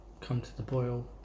come-to-the-boil